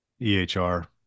EHR